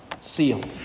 sealed